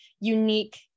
unique